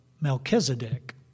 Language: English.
Melchizedek